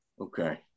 Okay